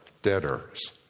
debtors